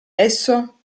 esso